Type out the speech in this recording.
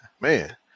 Man